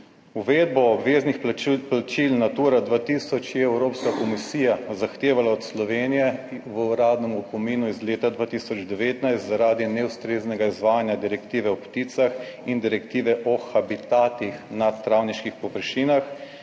uvedbo obveznih plačil Natura 2000 je Evropska komisija zahtevala od Slovenije v uradnem opominu iz leta 2019, zaradi neustreznega izvajanja direktive o pticah in direktive o habitatih na travniških površinah